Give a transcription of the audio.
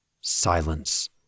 Silence